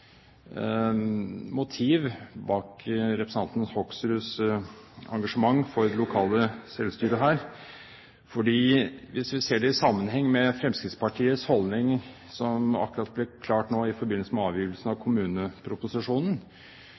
motiv bak representanten Hoksruds engasjement for det lokale selvstyret her, for hvis vi ser det i sammenheng med Fremskrittspartiets holdning, som akkurat nå ble klar i forbindelse med avgivelsen av kommuneproposisjonen,